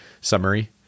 summary